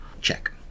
check